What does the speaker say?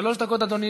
ראשון הדוברים,